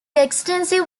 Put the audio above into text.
extensive